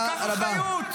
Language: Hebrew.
--- קח אחריות.